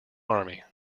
army